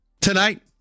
tonight